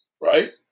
right